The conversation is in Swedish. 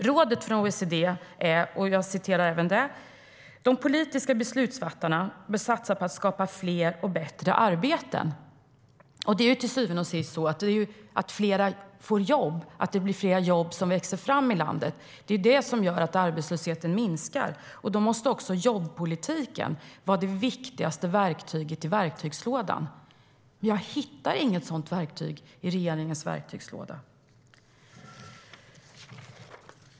Rådet från OECD är: De politiska beslutsfattarna bör satsa på att skapa fler och bättre arbeten. Det är till syvende och sist att fler jobb växer fram i landet som gör att arbetslösheten minskar. Då måste jobbpolitiken vara det viktigaste verktyget i verktygslådan, men jag hittar inget sådant verktyg i regeringens verktygslåda.